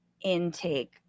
intake